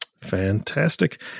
Fantastic